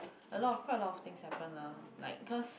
a lot of quite a lot of things happened lah like cause